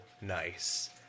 nice